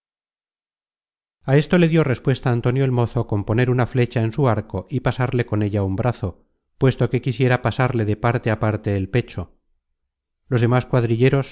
a esto le dió respuesta antonio el mozo con poner una flecha en su arco y pasarle con ella un brazo puesto que quisiera pasarle de parte á parte el pecho los demas